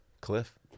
Cliff